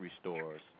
stores